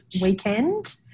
weekend